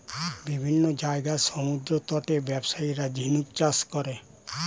বিভিন্ন জায়গার সমুদ্রতটে ব্যবসায়ীরা ঝিনুক চাষ করে